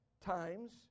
times